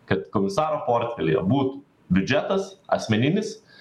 kad komisaro portfelyje būtų biudžetas asmeninis